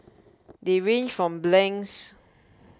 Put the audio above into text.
they range from blanks